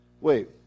wait